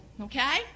okay